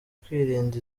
kwirinda